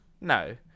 No